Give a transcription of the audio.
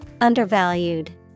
Undervalued